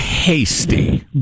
Hasty